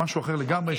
משהו אחר לגמרי.